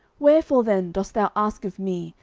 wherefore then dost thou ask of me,